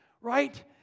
right